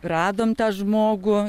radom tą žmogų